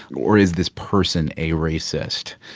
or is this person a racist?